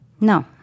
No